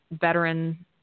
veteran